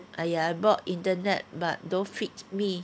!aiya! I bought internet but don't fit me